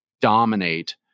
dominate